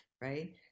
Right